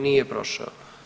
Nije prošao.